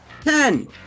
Ten